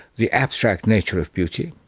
the abstract nature of beauty.